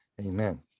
Amen